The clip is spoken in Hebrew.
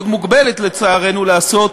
מאוד מוגבלת לצערנו, לעשות